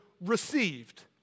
received